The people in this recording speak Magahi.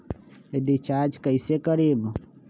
रिचाज कैसे करीब?